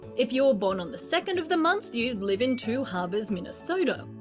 if you were born on the second of the month, you'd live in two harbors, minnesota.